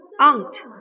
Aunt